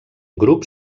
grup